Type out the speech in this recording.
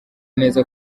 neza